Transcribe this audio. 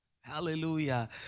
Hallelujah